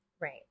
Right